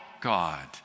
God